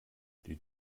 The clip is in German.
die